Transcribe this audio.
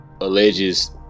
alleges